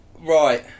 right